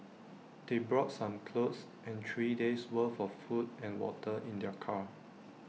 they brought some clothes and three days worth of food and water in their car